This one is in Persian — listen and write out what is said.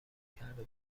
کرده